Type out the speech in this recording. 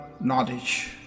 knowledge